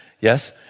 Yes